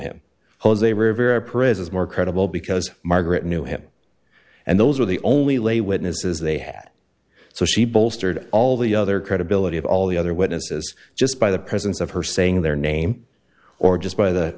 him jose rivera prisoners more credible because margaret knew him and those were the only lay witnesses they had so she bolstered all the other credibility of all the other witnesses just by the presence of her saying their name or just by the